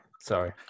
sorry